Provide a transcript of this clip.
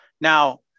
Now